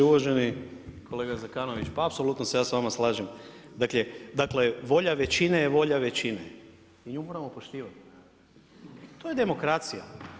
Uvaženi kolega Zekanović, pa apsolutno se ja s vama slažem dakle, volja većine je volja većine i nju moramo poštivati, to je demokracija.